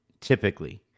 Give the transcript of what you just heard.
typically